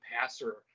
passer